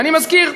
ואני מזכיר,